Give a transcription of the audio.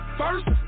first